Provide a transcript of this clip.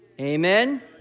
Amen